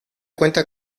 cuenta